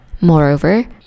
Moreover